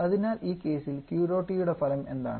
അതിനാൽ ഈ കേസിൽ QdotE യുടെ ഫലം എന്താണ്